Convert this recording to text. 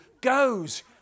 goes